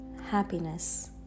happiness